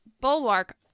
bulwark